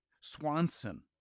Swanson